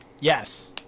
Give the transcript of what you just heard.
Yes